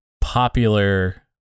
popular